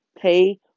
pay